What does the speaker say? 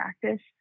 practice